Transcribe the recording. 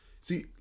see